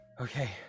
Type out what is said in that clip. Okay